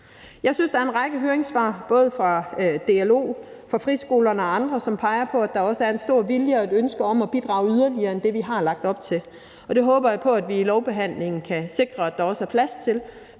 Jeg synes, at der er en række høringssvar, både fra DLO, fra FRISKOLERNE og andre, som peger på, at der også er en stor vilje til og et ønske om at bidrage yderligere end det, vi har lagt op til, og det håber jeg på at vi i lovbehandlingen kan sikre at der også er plads til,